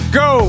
go